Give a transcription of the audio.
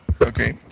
okay